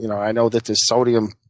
you know i know that the sodium,